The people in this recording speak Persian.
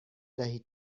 دهید